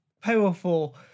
powerful